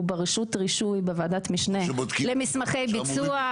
הוא ברשות הרישוי בוועדת המשנה למסמכי ביצוע.